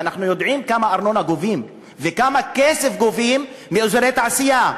ואנחנו יודעים כמה ארנונה גובים וכמה כסף גובים מאזורי תעשייה.